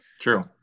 true